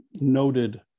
noted